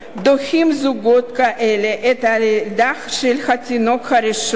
דוחים זוגות כאלה את הלידה של התינוק הראשון